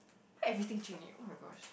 why everything Jun-Yi oh-my-gosh